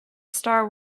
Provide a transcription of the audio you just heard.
star